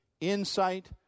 insight